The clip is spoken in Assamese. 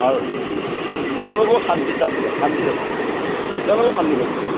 তেওঁলোকো শান্তিত আছিল শান্তিত আছিল তেওঁলোকো শান্তিত আছিল